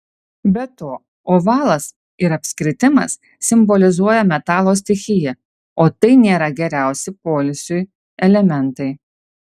be to ovalas ir apskritimas simbolizuoja metalo stichiją o tai nėra geriausi poilsiui elementai